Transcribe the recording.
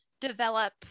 develop